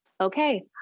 okay